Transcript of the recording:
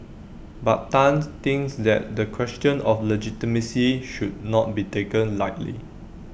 but Tan thinks that the question of legitimacy should not be taken lightly